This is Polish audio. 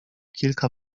kilka